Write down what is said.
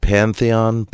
Pantheon